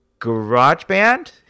GarageBand